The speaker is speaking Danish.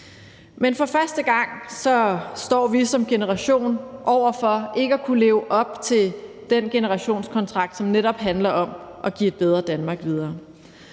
Men for første gang står vi som generation over for ikke at kunne leve op til den generationskontrakt, som netop handler om at give et bedre Danmark videre.